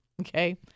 Okay